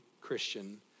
Christian